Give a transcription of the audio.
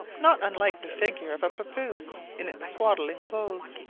not unlike the figure of a papouse in its swaddling-clothes.